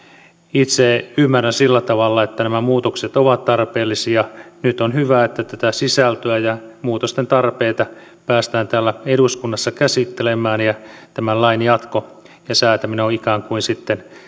itse ymmärrän sillä tavalla että nämä muutokset ovat tarpeellisia nyt on hyvä että tätä sisältöä ja muutosten tarpeita päästään täällä eduskunnassa käsittelemään ja tämän lain jatko ja säätäminen on on ikään kuin sitten